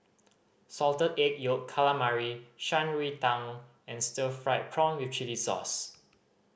Salted Egg Yolk Calamari Shan Rui Tang and stir fried prawn with chili sauce